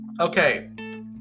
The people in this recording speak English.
Okay